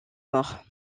mort